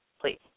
please